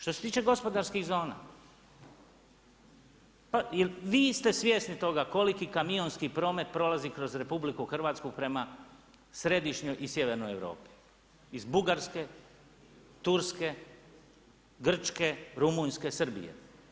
Što se tiče gospodarskih zona, vi ste svjesni toga koliki kamionski promet prolazi kroz RH prema središnjoj i Sjevernoj Europi iz Bugarske, Turske, Grčke, Rumunjske, Srbije.